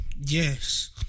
Yes